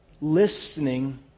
Listening